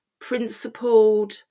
principled